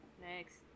next